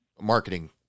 marketing